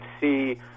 see